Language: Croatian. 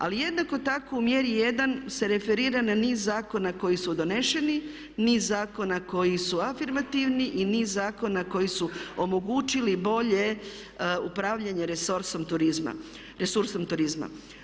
Ali jednako tako u mjeri 1 se referira na niz zakona koji su doneseni, niz zakona koji su afirmativni i niz zakona koji su omogućili bolje upravljanje resursom turizma.